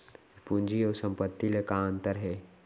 पूंजी अऊ संपत्ति ले का अंतर हे?